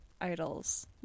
idols